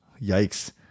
yikes